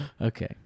okay